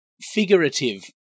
figurative